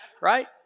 Right